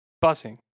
buzzing